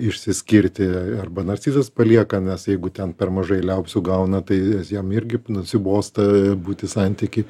išsiskirti arba narcizas palieka nes jeigu ten per mažai liaupsių gauna tai jam irgi nusibosta būti santyky